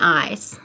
eyes